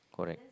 correct